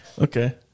Okay